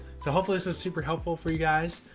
so hopefully this was super helpful for you guys.